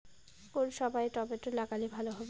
কোন সময় টমেটো লাগালে ভালো হবে?